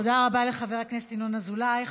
תודה רבה לחבר הכנסת ינון אזולאי.